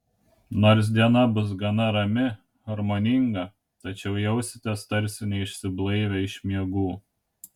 nors diena bus gana rami harmoninga tačiau jausitės tarsi neišsiblaivę iš miegų